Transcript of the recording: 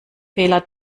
fehler